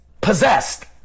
possessed